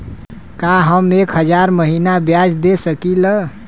का हम एक हज़ार महीना ब्याज दे सकील?